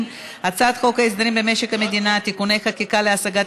הצעת חוק הסדרים במשק המדינה (תיקוני חקיקה להשגת